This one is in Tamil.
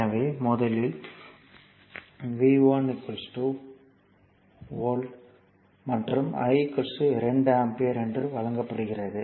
எனவே முதலில் ஒரு V1 1 வோல்ட் மற்றும் I 2 ஆம்பியர் என்று வழங்கப்படுகிறது